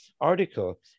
article